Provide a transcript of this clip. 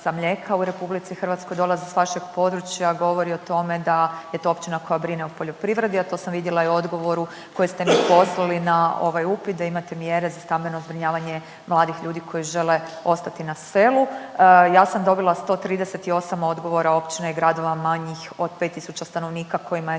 u Republici Hrvatskoj dolazi sa vašeg područja govori o tome da je to općina koja brine o poljoprivredi, a to sam vidjela i u odgovoru koji ste mi poslali na ovaj upit da imate mjere za stambeno zbrinjavanje mladih ljudi koji žele ostati na selu. Ja sam dobila 138 odgovora općina i gradova manjih od 5000 stanovnika kojima je